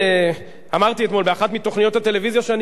אמרתי אתמול באחת מתוכניות הטלוויזיה שלא